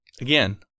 Again